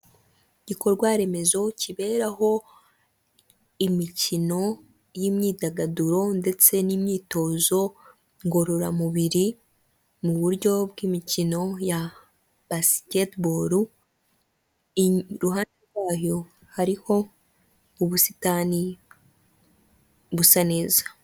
Igikorwa remezo kiberaho imikino y'imyidagaduro ndetse n'imyitozo ngorora mubiri mu buryo bw'imikino ya basiketiboro, iruhande rwayo hariho ubusitani busa neza.